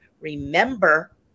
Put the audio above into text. remember